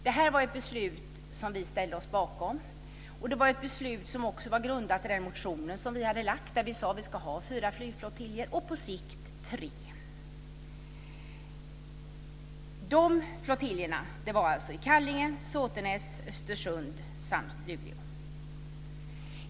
Det här var ett beslut som vi ställde oss bakom, och det var ett beslut som grundade sig på den motion vi hade väckt om fyra flygflottiljer och på sikt tre.